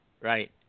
Right